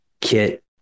Kit